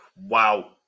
Wow